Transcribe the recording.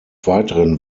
weiteren